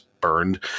burned